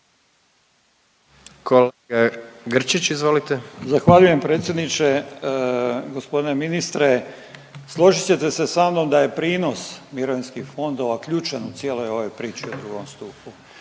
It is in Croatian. **Grčić, Branko (SDP)** Zahvaljujem predsjedniče. Gospodine ministre složit ćete se sa mnom da je prinos mirovinskih fondova, ključan u cijeloj ovoj priči o 2. stupu.